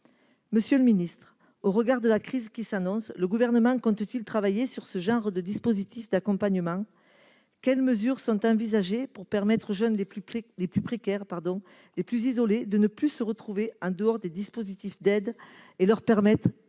Monsieur le secrétaire d'État, au regard de la crise qui s'annonce, le Gouvernement compte-t-il travailler sur ce genre de dispositifs d'accompagnement ? Quelles mesures sont envisagées pour permettre aux jeunes les plus précaires, les plus isolés, de ne plus se retrouver en dehors des dispositifs d'aide et, grâce à la solidarité